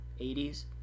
80s